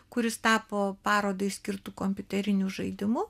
kuris tapo parodai skirtu kompiuteriniu žaidimu